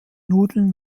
nudeln